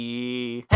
Hey